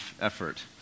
effort